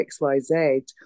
xyz